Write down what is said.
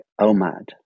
OMAD